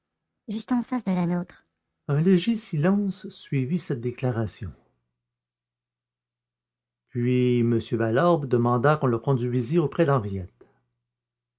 juste en face de la nôtre un léger silence suivit cette déclaration puis m valorbe demanda qu'on le conduisît auprès d'henriette